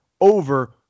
over